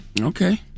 Okay